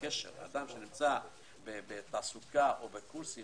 אדם שנמצא בתעסוקה או בקורסים